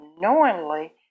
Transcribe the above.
knowingly